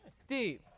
Steve